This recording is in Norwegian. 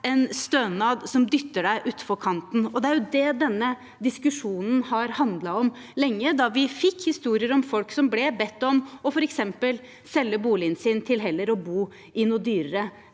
en stønad som dytter deg utfor kanten, og det er jo det denne diskusjonen har handlet om lenge, da vi fikk historier om folk som ble bedt om f.eks. å selge boligen sin og heller å bo i noe dyrere.